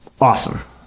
Awesome